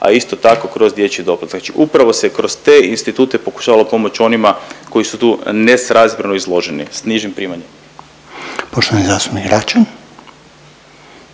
a isto tako kroz dječji doplatak. Znači upravo se kroz te institute pokušavalo pomoći onima koji su tu nesrazmjerno izloženi s nižim primanjima.